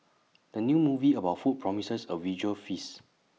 the new movie about food promises A visual feast